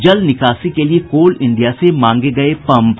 जल निकासी के लिए कोल इंडिया से मांगे गये पम्प